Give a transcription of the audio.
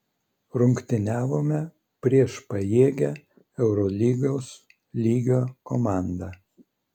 rungtyniavome prieš pajėgią eurolygos lygio komandą